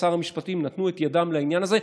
שר המשפטים נתנו את ידם לעניין הזה.